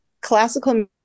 classical